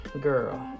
girl